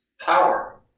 power